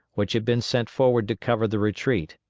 which had been sent forward to cover the retreat.